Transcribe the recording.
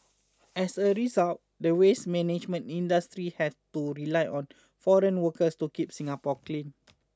as a result the waste management industry has to rely on foreign workers to keep Singapore clean